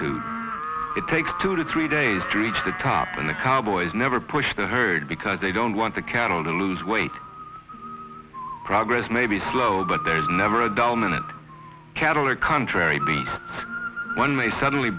e it takes two to three days to reach the top and the cowboys never push the herd because they don't want the cattle to lose weight progress may be slow but there's never a dull minute cattle or contrary beat one may suddenly